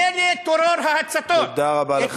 מילא, טרור ההצתות, תודה רבה לך.